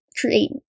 create